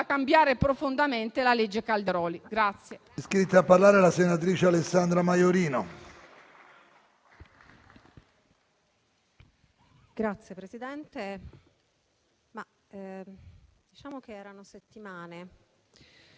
cambiare profondamente la legge Calderoli.